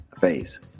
phase